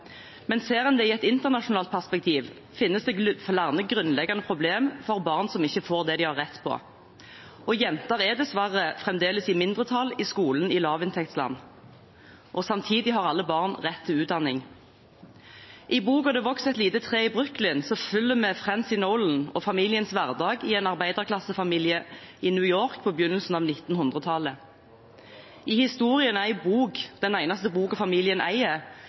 men ser en det i et internasjonalt perspektiv, finnes det flere grunnleggende problemer for barn som ikke får det de har rett på. Jenter er dessverre fremdeles i mindretall i skolen i lavinntektsland. Samtidig har alle barn rett til utdanning. I boken «Det vokser et tre i Brooklyn» følger vi Francie Nolan og familiens hverdag i en arbeiderklassefamilie i New York på begynnelsen av 1900-tallet. I historien er en bok, den eneste boken familien eier,